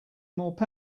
much